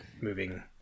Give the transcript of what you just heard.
moving